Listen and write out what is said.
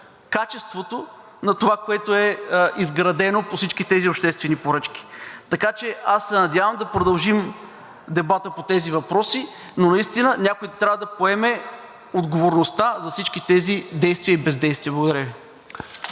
качеството на това, което е изградено по всички тези обществени поръчки? Аз се надявам да продължим дебата по тези въпроси, но наистина някой трябва да поеме отговорността за всички тези действия и бездействия. Благодаря Ви.